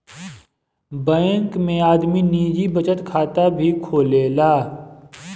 bank में आदमी निजी बचत खाता भी खोलेला